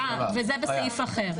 זה בסעיף אחר.